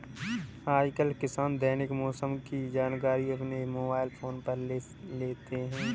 आजकल किसान दैनिक मौसम की जानकारी अपने मोबाइल फोन पर ले लेते हैं